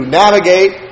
navigate